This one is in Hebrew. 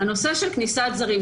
הנושא של כניסת זרים,